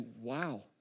wow